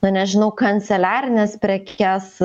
na nežinau kanceliarines prekes